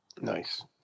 Nice